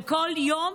וכל יום